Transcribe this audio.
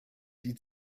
die